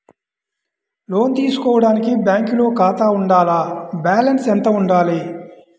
లోను తీసుకోవడానికి బ్యాంకులో ఖాతా ఉండాల? బాలన్స్ ఎంత వుండాలి?